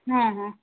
ହଁ ହଁ